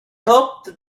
hoped